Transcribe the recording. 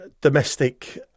domestic